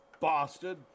Bastard